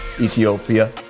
Ethiopia